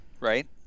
Right